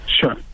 Sure